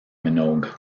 minogue